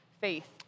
faith